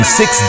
six